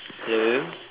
hello